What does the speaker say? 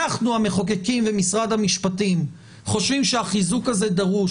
אנחנו המחוקקים ומשרד המשפטים חושבים שהחיזוק הזה דרוש,